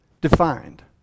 defined